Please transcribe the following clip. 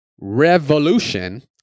Revolution